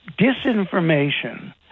disinformation